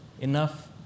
enough